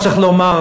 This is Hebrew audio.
צריך לומר,